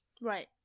Right